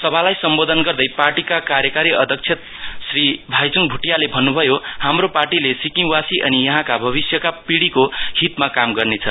सभालाई सम्बोधन गर्दै पार्टीका कार्यकारी अध्यक्ष श्री भाइच्ङ भोटीयाले भन्नभयो हाम्रो पार्टीले सिक्किमवासी अनि यहाँका भविष्यका पिडीको हितमा काम गर्नेछ